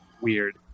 weird